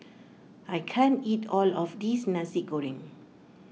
I can't eat all of this Nasi Goreng